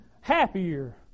happier